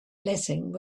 blessing